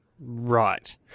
Right